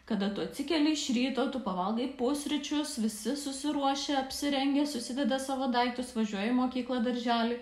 kada tu atsikeli iš ryto tu pavalgai pusryčius visi susiruošę apsirengę susideda savo daiktus važiuoja į mokyklą darželį